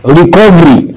recovery